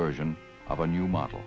version of a new model